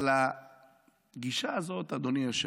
אבל הגישה הזאת, אדוני היושב-ראש,